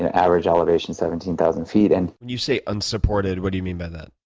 and average elevation seventeen thousand feet. and when you say unsupported, what do you mean by that?